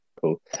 cool